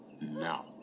Now